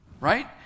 Right